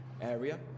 area